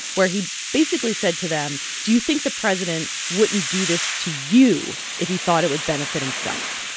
where he basically said to them, do you think the president wouldn't do this to you if he thought it would benefit himself?